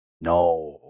No